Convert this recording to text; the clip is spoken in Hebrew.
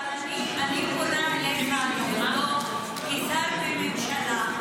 אבל אני פונה אליך לבדוק כשר בממשלה,